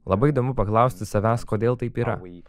labai įdomu paklausti savęs kodėl taip yra